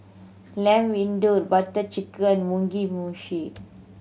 Lamb Vindaloo Butter Chicken Mugi Meshi